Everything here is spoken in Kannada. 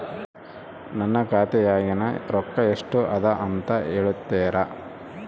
ನನ್ನ ಖಾತೆಯಾಗಿನ ರೊಕ್ಕ ಎಷ್ಟು ಅದಾ ಅಂತಾ ಹೇಳುತ್ತೇರಾ?